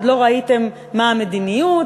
עוד לא ראיתם מה המדיניות,